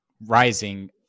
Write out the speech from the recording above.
rising